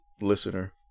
listener